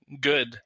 good